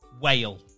whale